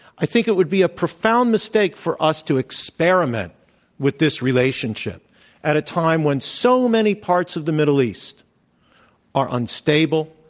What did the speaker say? i think it would be a profound mistake for us to experiment with this relationship at a time when so many parts of the middle east are unstable,